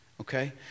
Okay